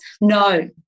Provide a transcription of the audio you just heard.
No